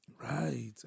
Right